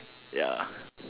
ya